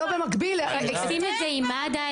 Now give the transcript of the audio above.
הם עושים את זה עם מד"א,